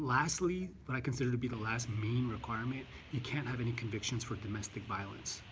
lastly, what i consider to be the last main requirement you can't have any convictions for domestic violence.